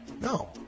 No